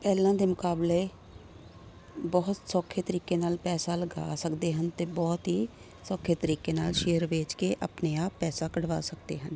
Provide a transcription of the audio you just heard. ਪਹਿਲਾਂ ਦੇ ਮੁਕਾਬਲੇ ਬਹੁਤ ਸੌਖੇ ਤਰੀਕੇ ਨਾਲ ਪੈਸਾ ਲਗਾ ਸਕਦੇ ਹਨ ਅਤੇ ਬਹੁਤ ਹੀ ਸੌਖੇ ਤਰੀਕੇ ਨਾਲ ਸ਼ੇਅਰ ਵੇਚ ਕੇ ਆਪਣੇ ਆਪ ਪੈਸਾ ਕਢਵਾ ਸਕਦੇ ਹਨ